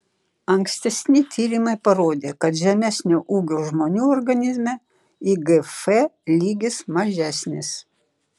ankstesni tyrimai parodė kad žemesnio ūgio žmonių organizme igf lygis mažesnis